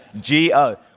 G-O